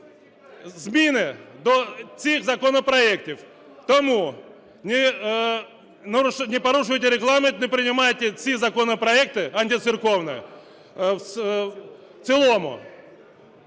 зміни до цих законопроектів. Тому не порушуйте Регламент, не приймайте ці законопроекти, антицерковні, в цілому.